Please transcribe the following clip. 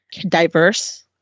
diverse